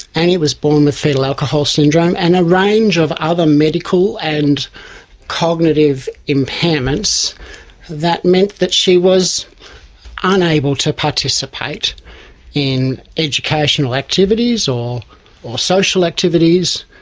annie was born with fetal alcohol syndrome and a range of other medical and cognitive impairments that meant that she was unable to participate in educational activities or or social activities.